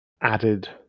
added